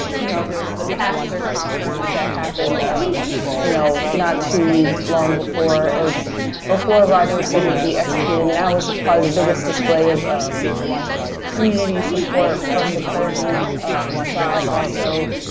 you know, there's the pastor conference that happened um you know, not too long before or before rodney was scheduled to be executed and now this is probably the biggest display of of community support from the clergy side. also,